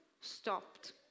stopped